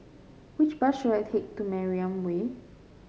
which bus should I take to Mariam Way